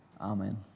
Amen